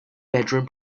bedroom